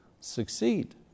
succeed